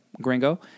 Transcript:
gringo